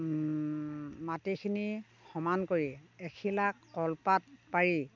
মাটিখিনি সমান কৰি এখিলা কলপাত পাৰি